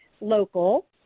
local